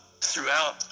throughout